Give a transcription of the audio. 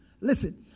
Listen